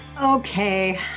Okay